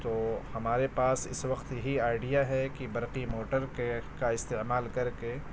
تو ہمارے پاس اس وقت یہی آئیڈیا ہے کہ برقی موٹر کے کا استعمال کر کے